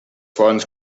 fonts